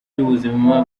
by’ubuzima